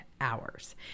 hours